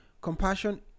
compassion